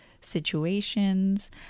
situations